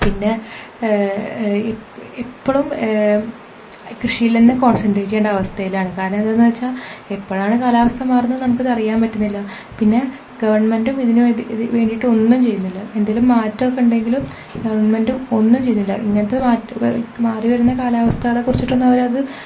പിന്ന ഇപ്പളും കൃഷിയിൽ തന്നെ കോൺസെൻഡ്രേറ്റ് ചെയ്യേണ്ട അവസ്ഥയിലാണ് കാരണം എന്താണെന്ന് വച്ചാൽ എപ്പോഴാണ് കാലാവസ്ഥ മാറുന്നത് എന്ന് നമുക്ക് അത് അറിയാൻ പറ്റുന്നില്ല പിന്നെ ഗവൺമെൻ്റും ഇതിനു വേണ്ടിയിട്ട് ഒന്നും ചെയ്യുന്നില്ല എന്തെങ്കിലും മാറ്റമൊക്കെ ഉണ്ടെങ്കിലും ഗവണ്മെൻ്റും ഒന്നും ചെയ്യുന്നില്ല ഇങ്ങനത്തെ മാറി വരുന്ന കാലവസ്ഥകളെ കുറിച്ചിട്ടൊന്നും അവർ അത്